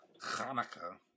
Hanukkah